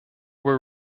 were